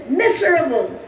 miserable